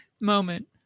moment